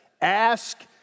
Ask